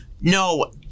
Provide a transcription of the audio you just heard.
no